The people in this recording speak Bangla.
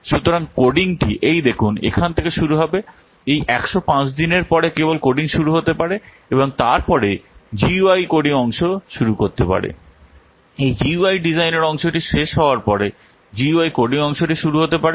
সুতরাং কোডিংটি এই দেখুন এখান থেকে শুরু হবে এই 105 দিন এর পরে কেবল কোডিং শুরু হতে পারে এবং তারপরে জিইউআই কোডিং অংশ শুরু করতে পারে এই জিইউআই ডিজাইনের অংশটি শেষ হওয়ার পরে জিইউআই কোডিং অংশটি শুরু হতে পারে